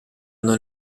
non